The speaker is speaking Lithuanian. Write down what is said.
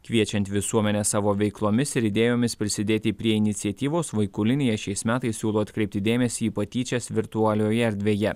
kviečiant visuomenę savo veiklomis ir idėjomis prisidėti prie iniciatyvos vaikų linija šiais metais siūlo atkreipti dėmesį į patyčias virtualioje erdvėje